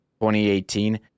2018